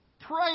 Pray